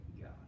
God